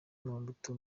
maputo